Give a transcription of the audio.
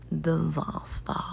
disaster